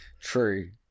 True